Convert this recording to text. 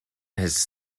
his